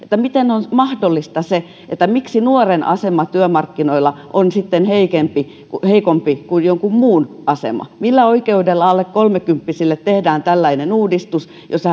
miten on mahdollista se että nuoren asema työmarkkinoilla on heikompi heikompi kuin jonkun muun asema millä oikeudella alle kolmikymppisille tehdään tällainen uudistus jossa